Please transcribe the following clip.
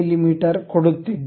me ಕೊಡುತ್ತಿದ್ದೇವೆ